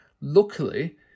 Luckily